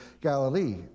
Galilee